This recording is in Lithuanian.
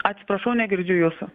atsiprašau negirdžiu jūsų